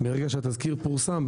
מרגע שהתזכיר פורסם,